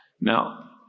Now